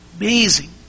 amazing